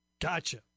Gotcha